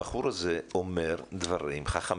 הבחור הזה אומר דברים חכמים,